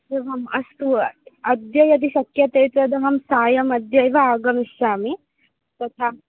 एवम् अस्तु अद्य यदि शक्यते तद् अहं सायमद्यै व आगमिष्यामि तथा